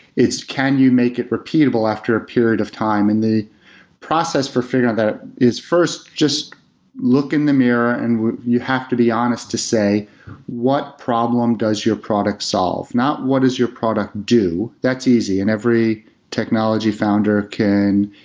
it's can you make it repeatable after a period of time? and the process for figuring that is, first, just look in the mirror and you have to be honest to say what problem does your product solve? not, what is your product do? that's easy, and every technology founder can,